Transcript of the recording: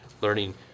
learning